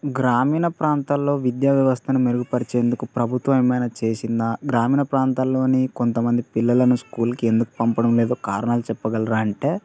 గ్రామీణ ప్రాంతాల్లో విద్యా వ్యవస్థను మెరుగుపరిచేందుకు ప్రభుత్వం ఏమైనా చేసిందా గ్రామీణ ప్రాంతాల్లో కొంతమంది పిల్లలను స్కూల్కి ఎందుకు పంపడం లేదు కారణాలు చెప్పగలరా అంటే